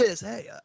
hey